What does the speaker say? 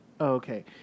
Okay